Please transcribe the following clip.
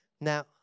Now